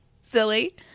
Silly